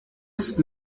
ist